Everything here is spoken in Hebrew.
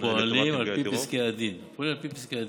אנחנו פועלים על פי פסקי הדין.